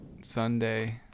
Sunday